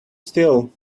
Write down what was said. still